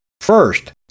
First